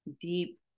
deep